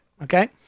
Okay